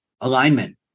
alignment